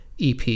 EP